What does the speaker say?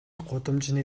гудамжны